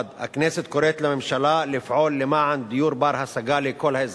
1. הכנסת קוראת לממשלה לפעול למען דיור בר-השגה לכל האזרחים.